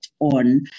on